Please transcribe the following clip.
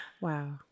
Wow